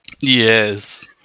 yes